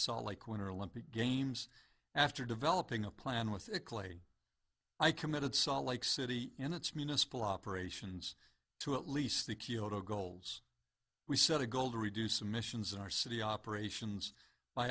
salt lake winter olympic games after developing a plan with clay i committed salt lake city in its municipal operations to at least the kyoto goals we set a goal to reduce emissions in our city operations